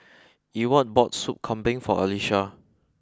Ewart bought Sup Kambing for Alesha